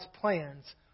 plans